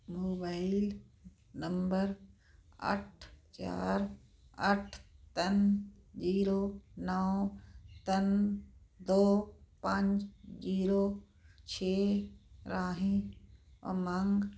mobile number ਅੱਠ ਚਾਰ ਅੱਠ ਤਿੰਨ ਜੀਰੋ ਨੌਂ ਤਿੰਨ ਦੋ ਪੰਜ ਜੀਰੋ ਛੇ ਰਾਹੀਂ ਉਮੰਗ